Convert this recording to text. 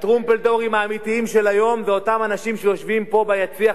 הטרומפלדורים האמיתיים של היום זה אותם אנשים שיושבים פה ביציע,